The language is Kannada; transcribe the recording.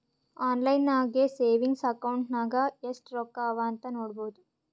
ಆನ್ಲೈನ್ ನಾಗೆ ಸೆವಿಂಗ್ಸ್ ಅಕೌಂಟ್ ನಾಗ್ ಎಸ್ಟ್ ರೊಕ್ಕಾ ಅವಾ ಅಂತ್ ನೋಡ್ಬೋದು